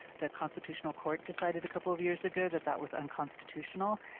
the constitutional court decided a couple of years ago that that was unconstitutional,